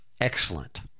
excellent